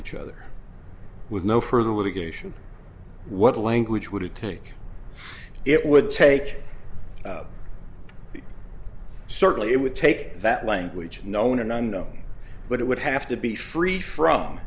each other with no further litigation what language would it take it would take certainly it would take that language known and unknown but it would have to be free from